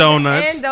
donuts